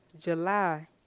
July